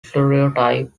stereotype